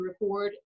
record